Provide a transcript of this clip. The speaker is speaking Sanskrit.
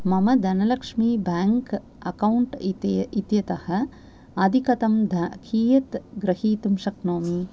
मम धनलक्ष्मी बेङ्क् अकौण्ट् इत्यतः अधिकतमं धनं कीयत् गृहीतुं शक्नोमि